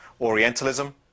Orientalism